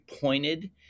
pointed